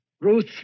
Ruth